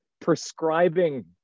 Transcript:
prescribing